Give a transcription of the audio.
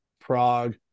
Prague